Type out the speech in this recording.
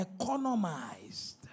economized